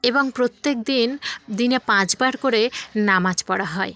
এবং প্রত্যেক দিন দিনে পাঁচবার করে নামাজ পড়া হয়